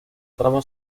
trama